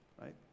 right